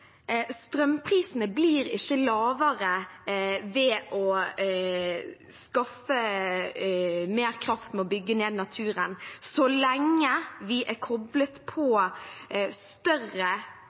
Strømprisene blir ikke lavere av å skaffe mer kraft ved å bygge ned naturen så lenge vi er koblet på større